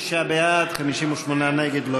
56 בעד, 58 נגד.